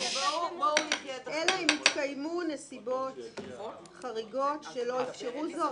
"אלא אם התקיימו נסיבות חריגות שלא אפשרו זאת"?